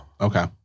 Okay